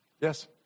Yes